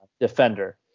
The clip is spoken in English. defender